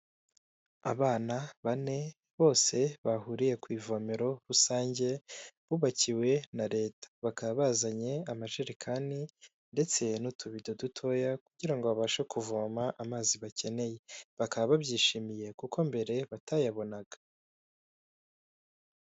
Abana bane bose bahuriye ku ivomero rusange bubakiwe na Leta, bakaba bazanye amajerekani ndetse n'utubido dutoya kugira ngo babashe kuvoma amazi bakeneye bakaba babyishimiye kuko mbere batayabonaga.